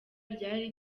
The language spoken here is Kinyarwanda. ryari